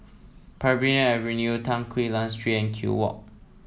Parbury Avenue Tan Quee Lan Street and Kew Walk